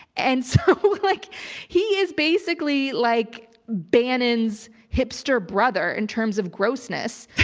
and so like he is basically like bannon's hipster brother in terms of grossness.